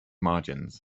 margins